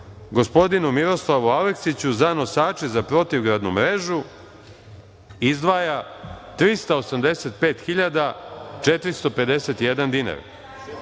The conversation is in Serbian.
gospodinu Miroslavu Aleksiću za nosače za protivgradnu mrežu izdvaja 385.451 dinar.